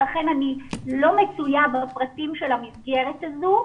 לכן אני לא מצויה בפרטים של המסגרת הזו.